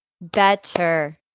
Better